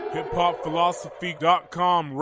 HipHopPhilosophy.com